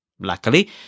Luckily